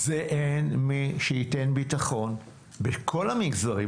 אין מי שייתן ביטחון בכל המגזרים,